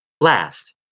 Last